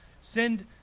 send